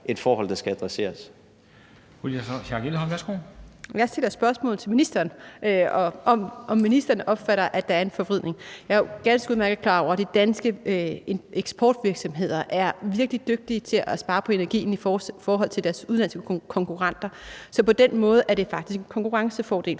Louise Schack Elholm (V): Jeg stiller spørgsmål til ministeren om, om ministeren opfatter, at der er en forvridning. Jeg er ganske udmærket klar over, at de danske eksportvirksomheder er virkelig dygtige til at spare på energien i forhold til deres udenlandske konkurrenter. Så på den måde er det faktisk en konkurrencefordel,